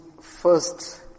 first